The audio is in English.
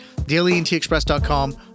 DailyNTExpress.com